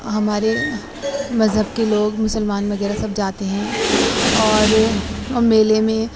ہمارے مذہب کے لوگ مسلمان وغیرہ سب جاتے ہیں اور میلے میں